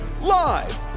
live